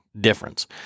difference